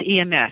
ems